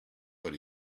but